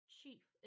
Chief